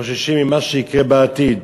חוששים ממה שיקרה בעתיד.